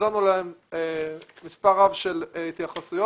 החזרנו להם מספר רב של התייחסויות.